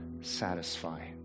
satisfy